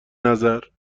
نظر